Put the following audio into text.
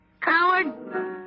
Coward